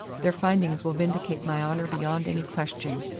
their findings will vindicate my honour beyond any question.